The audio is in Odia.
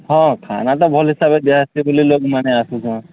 ହଁ ଖାନା ତ ଭଲ୍ ହିସାବରେ ଦିଆ ହେସି ବୋଲି ଲୋକ୍ମାନେ ଆସୁଛନ୍